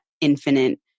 infinite